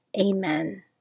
Amen